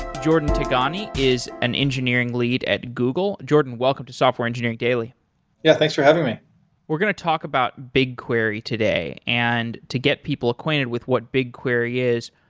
jordan tigani is an engineering lead at google. jordan, welcome to software engineering daily yeah, thanks for having me we're going to talk about bigquery today. and to get people acquainted with what bigquery is,